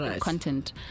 content